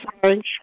sorry